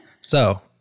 So-